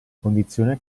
condizione